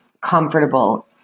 comfortable